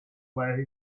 where